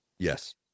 yes